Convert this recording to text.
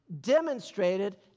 demonstrated